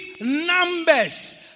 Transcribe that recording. numbers